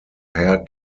hair